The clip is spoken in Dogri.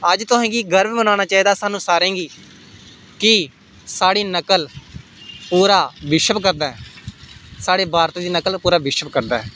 अज्ज तुसें गी गर्व करना चाहिदा तुसें सारें गी कि साढ़ी नकल पूरा बिश्व करदा ऐ साढ़े भारत दी नकल पूरा बिश्व करदा ऐ